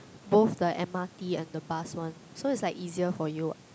both the M_R_T and the bus one so it's like easier for you what